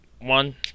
one